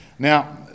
Now